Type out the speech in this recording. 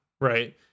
right